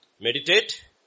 Meditate